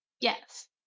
Yes